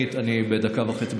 אני בדקה וחצי,